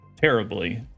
terribly